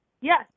Yes